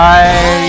Bye